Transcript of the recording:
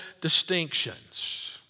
distinctions